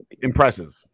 impressive